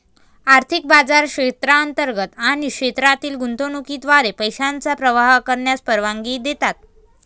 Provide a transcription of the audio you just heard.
आर्थिक बाजार क्षेत्रांतर्गत आणि क्षेत्रातील गुंतवणुकीद्वारे पैशांचा प्रवाह करण्यास परवानगी देतात